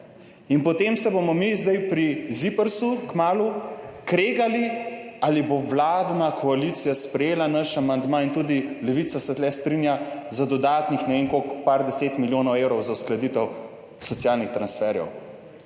In potem se bomo mi zdaj pri ZIPRS kmalu kregali, ali bo vladna koalicija sprejela naš amandma – in tudi Levica se tu strinja – za dodatnih ne vem koliko, nekaj 10 milijonov evrov za uskladitev socialnih transferjev.